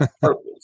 purpose